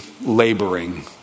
laboring